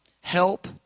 help